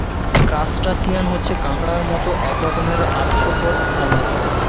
crustacean হচ্ছে কাঁকড়ার মত এক রকমের আর্থ্রোপড প্রাণী